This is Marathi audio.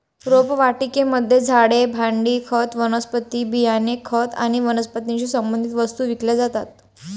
रोपवाटिकेमध्ये झाडे, भांडी, खत, वनस्पती बियाणे, खत आणि वनस्पतीशी संबंधित वस्तू विकल्या जातात